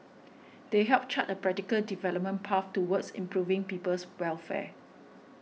they help chart a practical development path towards improving people's welfare